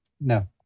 No